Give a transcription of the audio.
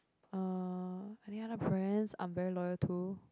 uh any other brands I'm very loyal to